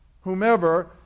whomever